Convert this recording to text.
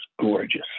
gorgeous